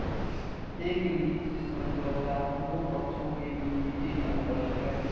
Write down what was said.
एक लीज समझौता दो पक्षों के बीच एक अनुबंध है